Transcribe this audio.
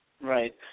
Right